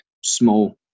small